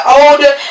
older